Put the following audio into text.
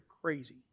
crazy